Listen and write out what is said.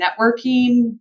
networking